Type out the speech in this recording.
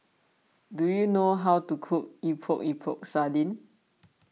do you know how to cook Epok Epok Sardin